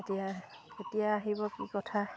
এতিয়া কেতিয়া আহিব কি কথা